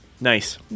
Nice